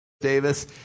Davis